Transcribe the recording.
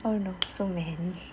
how you know so many